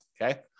Okay